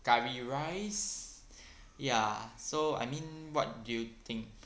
curry rice ya so I mean what do you think